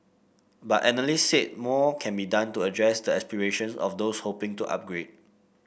but analyst said more can be done to address the aspirations of those hoping to upgrade